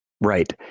Right